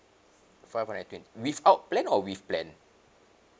five hundred twen~ without plan or with plan